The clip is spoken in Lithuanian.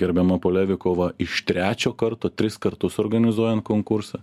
gerbiama polevikova iš trečio karto tris kartus organizuojant konkursą